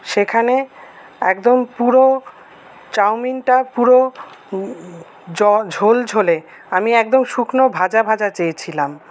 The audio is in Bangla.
সেখানে একদম পুরো চাউমিনটা পুরো জল ঝোলঝোলে আমি একদম শুকনো ভাজা ভাজা চেয়েছিলাম